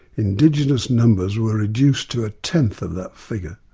indigenous numbers were reduced to a tenth of that figure.